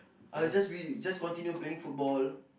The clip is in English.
I just we just continue playing football